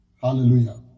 Hallelujah